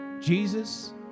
Jesus